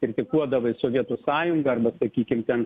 kritikuodavai sovietų sąjungą arba sakykim ten